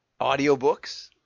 audiobooks